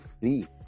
free